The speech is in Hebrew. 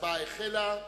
ההצבעה החלה.